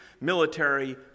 military